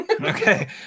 okay